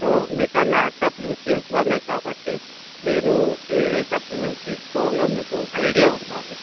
so మీకు ఆ lack of nutrients వల్లే కాబట్టి మీరు ఏ సప్లిమెంట్స్ తీసుకోవాలో మీకు ఐడియా ఉండాలి